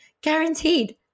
guaranteed